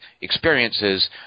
experiences